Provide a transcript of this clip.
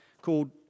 called